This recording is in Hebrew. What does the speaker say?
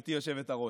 גברתי היושבת-ראש.